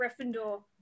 gryffindor